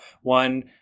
one